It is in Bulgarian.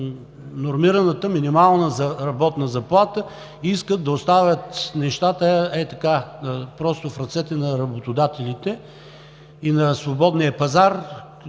нормираната минимална работна заплата, искат да оставят нещата в ръцете на работодателите и на свободния пазар,